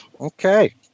Okay